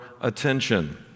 attention